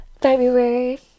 February